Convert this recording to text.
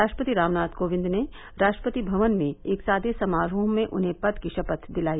राष्ट्रपति रामनाथ कोविंद ने राष्ट्रपति भवन में एक सादे समारोह में उन्हें पद की शपथ दिलाई